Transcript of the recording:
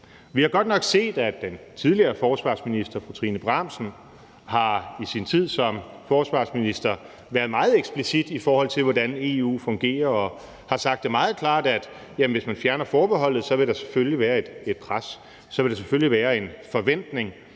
Vi har godt nok set, at den tidligere forsvarsminister, fru Trine Bramsen, i sin tid som forsvarsminister har været meget eksplicit, i forhold til hvordan EU fungerer, og har sagt meget klart, at hvis man fjerner forbeholdet, så vil der selvfølgelig være et pres; så vil der selvfølgelig være en forventning.